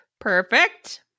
Perfect